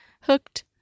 hooked